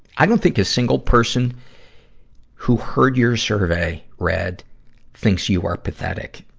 i don't think a single person who heard your survey read thinks you are pathetic.